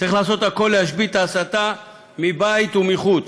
צריך לעשות הכול להשבית את ההסתה מבית ומחוץ.